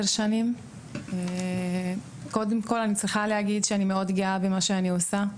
10 שנים וקודם כל אני חייבת להגיד שאני מאוד גאה במה שאני עושה.